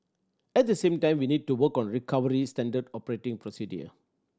at the same time we need to work on recovery standard operating procedure